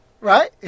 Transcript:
right